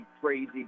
crazy